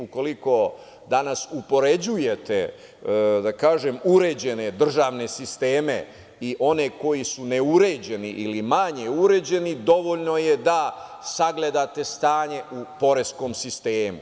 Ukoliko danas upoređujete, da kažem, uređene državne sisteme i one koji su ne uređeni ili manje uređeni, dovoljno je da sagledate stanje u poreskom sistemu.